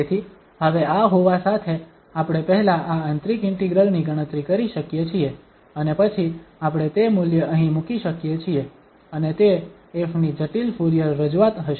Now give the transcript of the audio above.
તેથી હવે આ હોવા સાથે આપણે પહેલા આ આંતરિક ઇન્ટિગ્રલ ની ગણતરી કરી શકીએ છીએ અને પછી આપણે તે મૂલ્ય અહીં મૂકી શકીએ છીએ અને તે 𝑓 ની જટિલ ફુરીયર રજૂઆત હશે